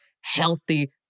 healthy